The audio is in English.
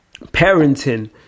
Parenting